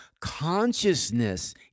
consciousness